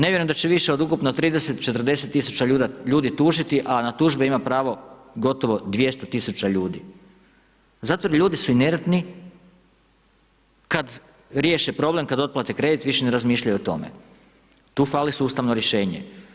Ne vjerujem da će više od ukupno 30, 40 000 ljudi tužiti, a na tužbe ima pravo gotovo 200 000 ljudi zato jer ljudi su inertni, kad riješe problem, kad otplate kredit više ne razmišljaju o tome, tu fali sustavno rješenje.